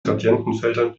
gradientenfeldern